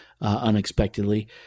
unexpectedly